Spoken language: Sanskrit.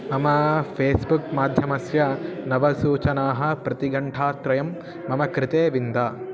मम फ़ेस्बुक् माध्यमस्य नवसूचनाः प्रतिघण्टात्रयं मम कृते विन्द